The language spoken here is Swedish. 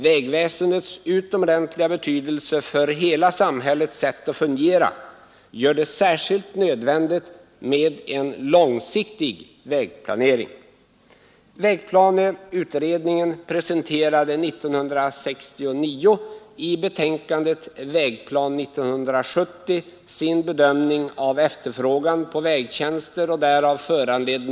Vägväsendets utomordentliga betydelse för hela samhällets sätt att fungera gör det särskilt nödvändigt med en långsiktig vägplanering.